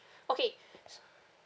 okay